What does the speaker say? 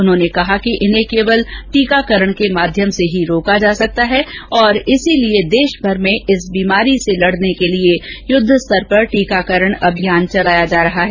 उन्होंने कहा कि इन्हें केवल टीकाकरण के माध्यम से ही रोका जा सकता है और इसीलिऍ देश भर में इस बीमारी से लड़ने के लिए युद्ध स्तर पर टीकाकरण अभियान चलाया जा रहा है